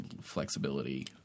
flexibility